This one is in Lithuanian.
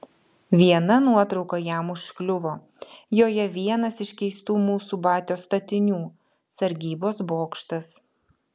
viena nuotrauka jam užkliuvo joje vienas iš keistų mūsų batios statinių sargybos bokštas